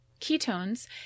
Ketones